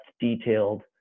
detailed